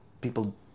people